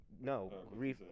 no